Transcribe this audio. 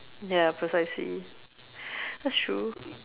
ya precisely that's true